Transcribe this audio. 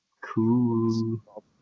Cool